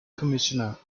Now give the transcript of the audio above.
commissioner